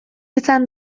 izan